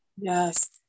yes